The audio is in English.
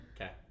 Okay